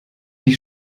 die